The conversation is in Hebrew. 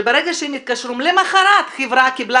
שברגע שהם מתקשרים למחרת החברה קיבלה